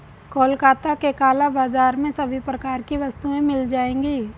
कोलकाता के काला बाजार में सभी प्रकार की वस्तुएं मिल जाएगी